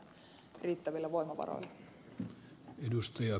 arvoisa puhemies